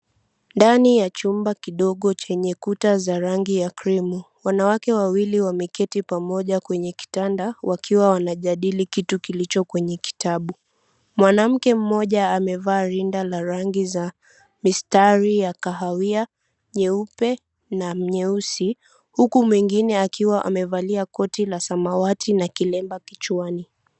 Ndani ya chumba kidogo chenye kuta za rangi ya krimu, wanawake wawili wameketi pamoja kwenye kitanda wakiwa wanajadili kitu kilicho kwenye kitabu. Mwanamke mmoja amevaa rinda la rangi za mistari ya kahawia, nyeupe na nyeusi, huku mwingine akiwa amevalia koti la samawati na kilemba kichwani.